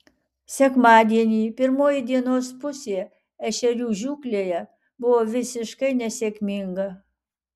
sekmadienį pirmoji dienos pusė ešerių žūklėje buvo visiškai nesėkminga